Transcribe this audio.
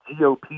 GOP